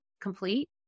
complete